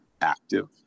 active